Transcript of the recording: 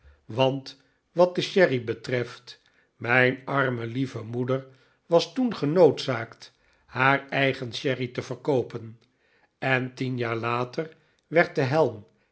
want wat de sherry betreft mijn arme lieve moeder was toen genoodzaakt haar eigen sherry te verkoopen en tien jaar later werd de helm